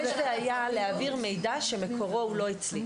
יש בעיה להעביר מידע שמקורו הוא לא אצלי.